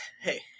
hey